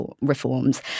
reforms